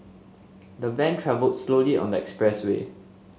the van travelled slowly on the expressway